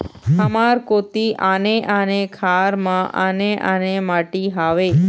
हमर कोती आने आने खार म आने आने माटी हावे?